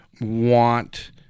want